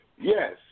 Yes